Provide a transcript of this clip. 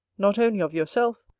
not only of yourself,